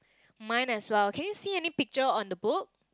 mine as well can you see any picture on the book